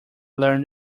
learned